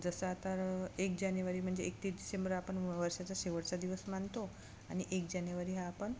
जसं आता एक जानेवारी म्हणजे एकतीस डिसेंबर आपण वर्षाचा शेवटचा दिवस मानतो आणि एक जानेवारी हा आपण